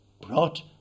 brought